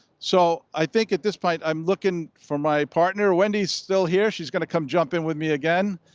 so i think at this point, i'm looking for my partner. wendy's still here. she's going to come jump in with me again.